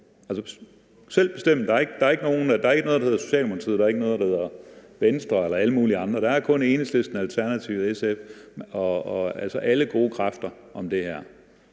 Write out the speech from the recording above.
kunne bestemme? Der er ikke noget, der hedder Socialdemokratiet, og der er ikke noget, der hedder Venstre, eller alle mulige andre; der er kun Enhedslisten, Alternativet og SF, altså alle gode kræfter om det her.